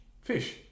Fish